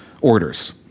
orders